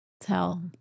tell